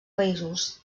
països